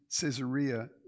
Caesarea